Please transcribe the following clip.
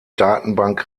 datenbank